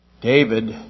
David